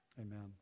Amen